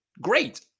Great